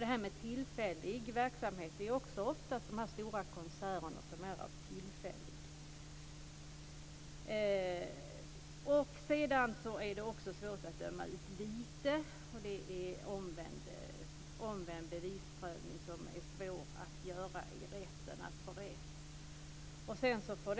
Det talas också om tillfällig verksamhet. De stora konserterna är ju oftast tillfälliga. Det är också svårt att döma ut vite. Det är omvänd bevisprövning som gäller, och det är svårt att göra det i rätten och få